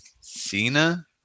Cena